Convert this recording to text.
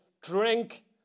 drink